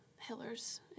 Hillers